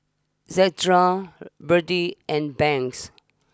Zandra Berdie and Banks